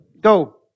Go